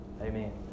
amen